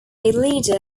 leader